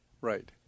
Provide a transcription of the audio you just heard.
Right